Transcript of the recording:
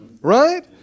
right